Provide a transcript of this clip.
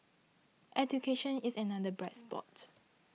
education is another bright spot